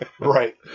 Right